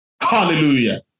Hallelujah